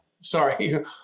Sorry